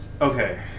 okay